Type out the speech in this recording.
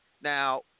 Now